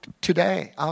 today